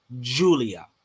Julia